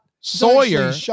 Sawyer